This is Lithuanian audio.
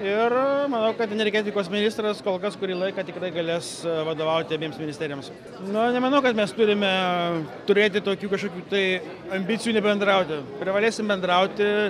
ir manau kad energetikos ministras kol kas kurį laiką tikrai galės vadovauti abiems ministerijoms na nemanau kad mes turime turėti tokių kažkokių tai ambicijų nebendrauti privalėsim bendrauti